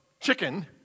Chicken